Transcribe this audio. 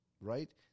Right